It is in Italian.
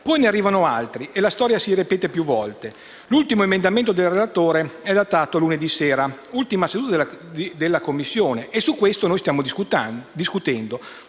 Poi ne arrivano altri e la storia si ripete più volte. L'ultimo emendamento del relatore è datato lunedì sera, ultima seduta della Commissione, e di questo noi stiamo discutendo.